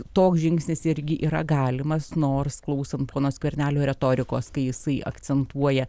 toks žingsnis irgi yra galimas nors klausant pono skvernelio retorikos kai jisai akcentuoja